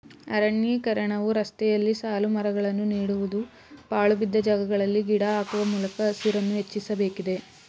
ಅರಣ್ಯೀಕರಣವು ರಸ್ತೆಯಲ್ಲಿ ಸಾಲುಮರಗಳನ್ನು ನೀಡುವುದು, ಪಾಳುಬಿದ್ದ ಜಾಗಗಳಲ್ಲಿ ಗಿಡ ಹಾಕುವ ಮೂಲಕ ಹಸಿರನ್ನು ಹೆಚ್ಚಿಸಬೇಕಿದೆ